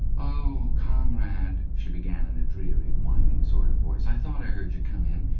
oh, comrade she began in a dreary, whining sort of voice, i thought i heard you come in.